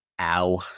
ow